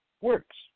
works